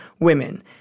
Women